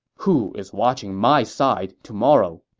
who is watching my side tomorrow?